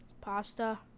Pasta